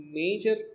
major